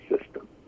system